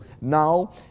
Now